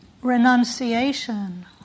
Renunciation